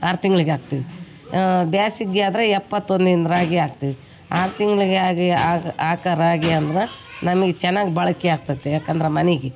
ಆರು ತಿಂಗ್ಳಿಗೆ ಹಾಕ್ತಿವ್ ಬೇಸಿಗ್ಯಾದ್ರೆ ಎಪ್ಪತ್ತೊಂದು ದಿನದ ರಾಗಿ ಹಾಕ್ತಿವಿ ಆರು ತಿಂಗಳಿಗಾಗಿ ಆರು ಹಾಕಾ ರಾಗಿ ಅಂದ್ರೆ ನಮಗ್ ಚೆನ್ನಾಗ್ ಬಾಳಿಕೆ ಆಕ್ತೈತೆ ಯಾಕಂದ್ರೆ ಮನೆಗೆ